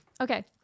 Okay